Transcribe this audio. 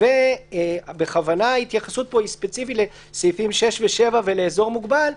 בכוונה ההתייחסות פה ספציפית לסעיפים 6 ו-7 ולאזור מוגבל,